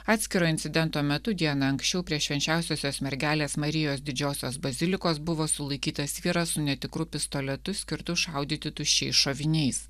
atskiro incidento metu diena anksčiau prie švenčiausiosios mergelės marijos didžiosios bazilikos buvo sulaikytas vyras su netikru pistoletu skirtu šaudyti tuščiais šoviniais